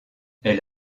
elle